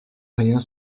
rien